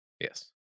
Yes